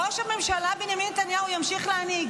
ראש הממשלה בנימין נתניהו ימשיך להנהיג.